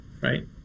right